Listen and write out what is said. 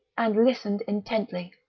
and listened intently.